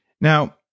Now